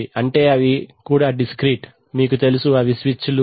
అంటే అవి కూడా డిస్క్రీట్ మీకు తెలుసు అవి స్విచ్ లు